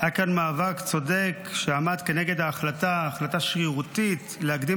היה כאן מאבק צודק שעמד כנגד החלטה שרירותית להקדים